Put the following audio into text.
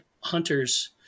hunters